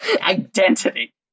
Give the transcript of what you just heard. identity